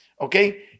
okay